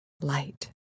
light